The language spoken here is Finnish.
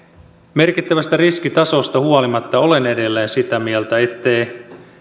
merkittävästä riskitasosta huolimatta olen edelleen sitä mieltä että